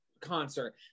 concert